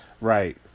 Right